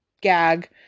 gag